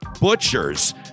butchers